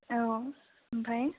औ आमफ्राय